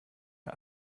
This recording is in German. der